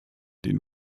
denen